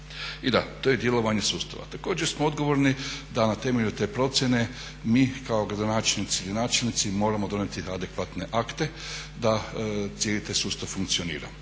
I da, to je djelovanje sustava. Također smo odgovorni da na temelju te procjene mi kao gradonačelnici ili načelnici moramo donijeti adekvatne akte da cijeli taj sustav funkcionira.